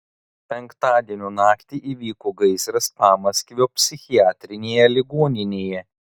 penktadienio naktį įvyko gaisras pamaskvio psichiatrinėje ligoninėje